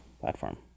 platform